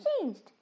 changed